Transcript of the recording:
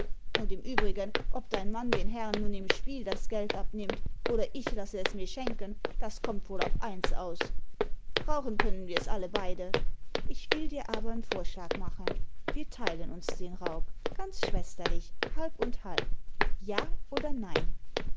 und im übrigen ob dein mann den herren nun im spiel das geld abnimmt oder ich lasse es mir schenken das kommt wohl auf eins aus brauchen können wir s alle beide ich will dir aber nen vorschlag machen wir teilen uns den raub ganz schwesterlich halb und halb ja oder nein